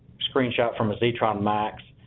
screenshot form a zetron max,